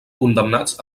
condemnats